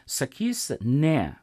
sakys ne